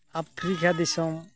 Africa ᱫᱤᱥᱚᱢ